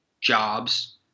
jobs